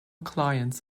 clients